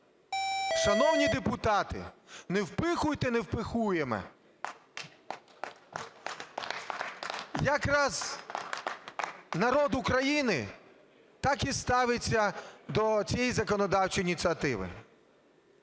"Шановні депутати, не впихуйте невпихуєме". Якраз народ України так і ставиться до цієї законодавчої ініціативи.